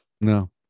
No